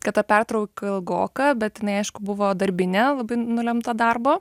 kad ta pertrauka ilgoka bet jinai aišku buvo darbinė labai nulemta darbo